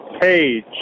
page